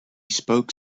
spoke